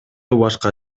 башка